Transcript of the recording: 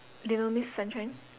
little miss sunshine